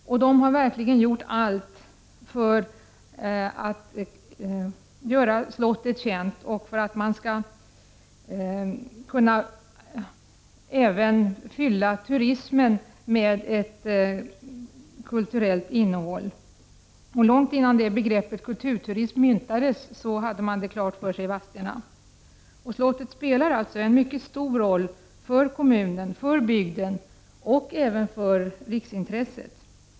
Kommunen har verkligen gjort allt för att göra slottet känt och för att turismen skall kunna få ett kulturellt innehåll. Långt innan begreppet kulturturism myntades, hade man det klart för sig i Vadstena. Slottet spelar således en mycket stor roll för kommunen, för bygden och även för riksintresset.